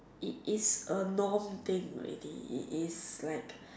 it is a norm thing already it is like